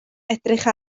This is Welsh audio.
edrych